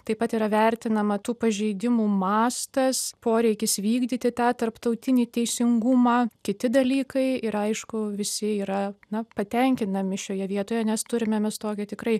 taip pat yra vertinama tų pažeidimų mastas poreikis vykdyti tą tarptautinį teisingumą kiti dalykai ir aišku visi yra na patenkinami šioje vietoje nes turime mes tokią tikrai